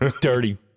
Dirty